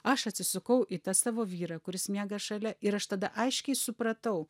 aš atsisukau į tą savo vyrą kuris miega šalia ir aš tada aiškiai supratau